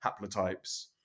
haplotypes